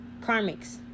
karmics